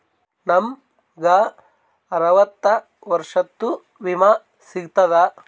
ನಮ್ ಗ ಅರವತ್ತ ವರ್ಷಾತು ವಿಮಾ ಸಿಗ್ತದಾ?